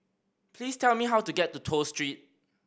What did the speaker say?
please tell me how to get to Toh Street